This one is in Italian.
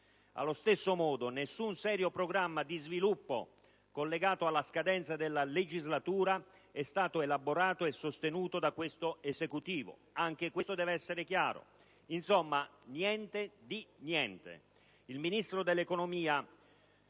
Allo stesso modo nessun serio programma di sviluppo collegato alla scadenza della legislatura è stato elaborato e sostenuto da questo Esecutivo. Anche questo deve essere chiaro. Insomma, niente di niente. Il Ministro dell'economia